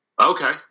okay